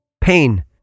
Pain